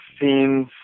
scenes